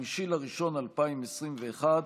5 בינואר 2021,